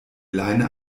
leine